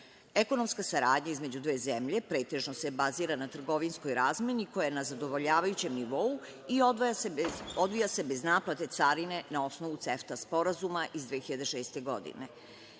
dobri. Ekonomska saradnja između dve zemlje pretežno se bazira na trgovinskoj razmeni koja je na zadovoljavajućem nivou i odvija se bez naplate carine na osnovu CEFTA sporazuma iz 2006. godine. Imajući